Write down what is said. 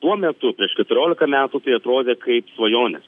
tuo metu prieš keturioliką metų tai atrodė kaip svajonės